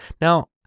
Now